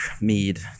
mead